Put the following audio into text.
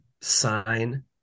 sign